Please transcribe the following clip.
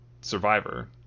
Survivor